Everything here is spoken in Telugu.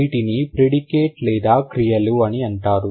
వీటిని ప్రిడికేట్ లేదా క్రియలు అని అంటారు